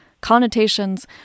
connotations